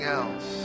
else